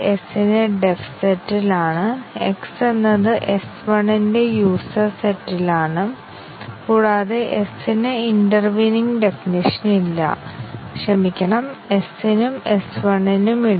അതിനാൽ ഈ ഗ്രാഫിനായി സൈക്ലോമാറ്റിക് മെട്രിക് 7 എഡ്ജ്കളും 6 നോഡുകളുമുണ്ട് 7 62 3 ആണ് സൈക്ലോമാറ്റിക് മെട്രിക് കണക്കുകൂട്ടുന്നതിനുള്ള മറ്റ് വഴികളുമുണ്ട്